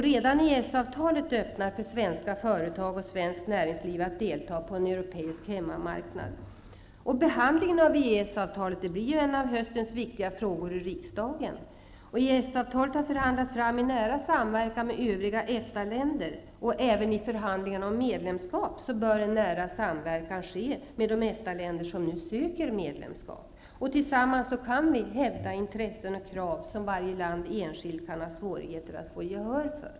Redan EES-avtalet öppnar för svenska företag och svenskt näringsliv att delta på en europeisk hemmamarknad. Behandlingen av EES-avtalet blir en av höstens viktiga frågor i riksdagen. EES-avtalet har förhandlats fram i nära samverkan med övriga EFTA-länder, och även i förhandlingarna om ett medlemskap bör en nära samverkan ske med de EFTA-länder som nu söker medlemskap. Tillsammans kan vi hävda intressen och krav som varje land enskilt kan ha svårigheter att få gehör för.